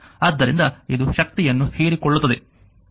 ಆದ್ದರಿಂದ ಇದು ಶಕ್ತಿಯನ್ನು ಹೀರಿಕೊಳ್ಳುತ್ತದೆ